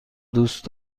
دوست